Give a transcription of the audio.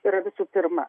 yra visų pirma